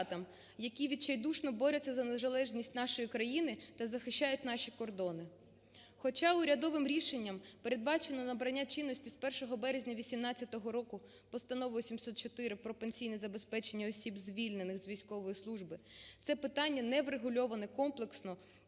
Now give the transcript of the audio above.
які відчайдушно борються за незалежність нашої країни та захищають наші кордони? Хоча урядовим рішенням передбачено набрання чинності з 1 березня 18-го року Постановою 704 "Про пенсійне забезпечення осіб, звільнених з військової служби", це питання не врегульовано комплексно